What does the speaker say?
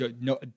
no